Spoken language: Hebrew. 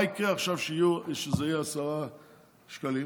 מה יקרה עכשיו, כשזה יהיה עשרה שקלים?